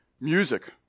Music